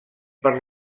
per